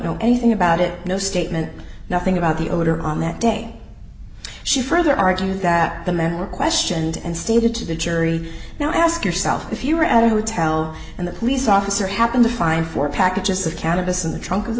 know anything about it no statement nothing about the odor on that day she further argument that the men were questioned and stated to the jury now ask yourself if you were at a hotel and the police officer happened to find four packages of cannabis in the trunk of the